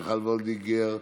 מיכל וולדיגר,